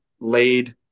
laid